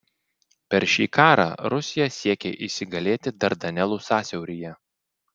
per šį karą rusija siekė įsigalėti dardanelų sąsiauryje